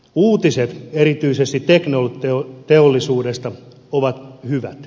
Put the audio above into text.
uutiset erityisesti teknologiateollisuudesta ovat hyvät